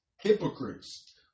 hypocrites